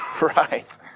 Right